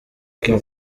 kim